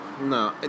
No